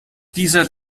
dieser